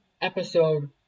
episode